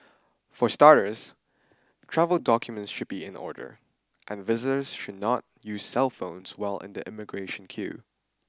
for starters travel documents should be in order and visitors should not use cellphones while in the immigration queue